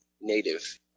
native